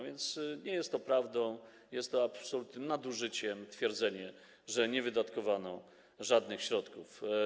Więc nie jest prawdą, a jest absolutnym nadużyciem twierdzenie, że nie wydatkowano żadnych środków.